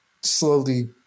slowly